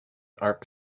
are